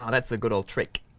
um that's a good old trick.